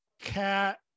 cat